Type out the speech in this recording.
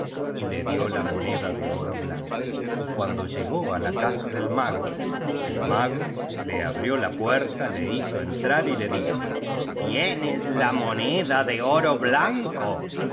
y le dio la moneda de oro blanco y cuando llegó á la casa del mago el mago je abrió la puerta le hizo entrar y le dijo tienes la moneda de oro blanco